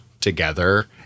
together